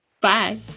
Bye